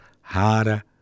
harder